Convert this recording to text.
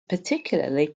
particularly